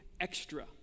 extra